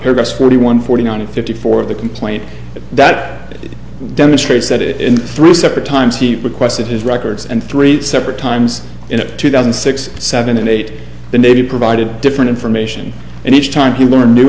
best forty one forty nine to fifty four of the complaint that it demonstrates that it in three separate times he requested his records and three separate times in two thousand six seven and eight the navy provided different information and each time he learned new